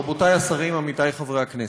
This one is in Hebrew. רבותי השרים, עמיתי חברי הכנסת,